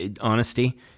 honesty